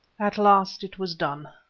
at last it was done.